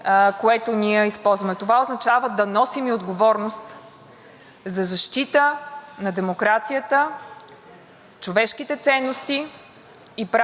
човешките ценности и правото на народите и държавите да съществуват и да избират правителства,